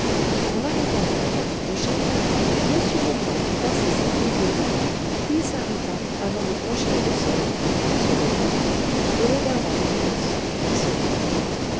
en arrivant à la porte cochère m leblanc fit passer sa fille devant puis s'arrêta avant de franchir le seuil se retourna et regarda marius fixement